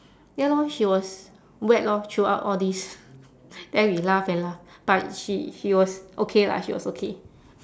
ya lor she was wet lor throughout all this then we laugh and laugh but she she was okay lah she was okay